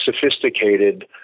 sophisticated